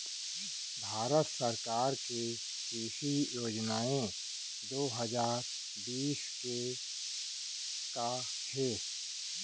भारत सरकार के कृषि योजनाएं दो हजार बीस के का हे?